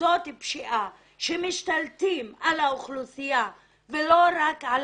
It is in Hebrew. וכקבוצות פשיעה שמשתלטות על האוכלוסייה ולא רק על